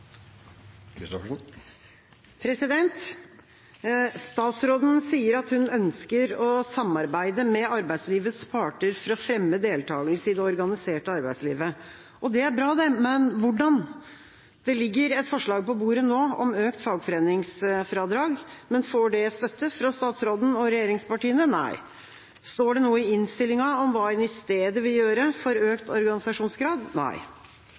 aktørane. Statsråden sier at hun ønsker å samarbeide med arbeidslivets parter for å fremme deltagelse i det organiserte arbeidslivet. Det er bra, det, men hvordan? Det ligger et forslag på bordet nå om økt fagforeningsfradrag, men får det støtte fra statsråden og regjeringspartiene? – Nei. Står det noe i innstillinga om hva en i stedet vil gjøre for